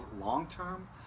long-term